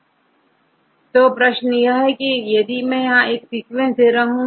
तो अब हमारे पास एक प्रश्न है मैं यहां एक सीक्वेंस दे रहा हूं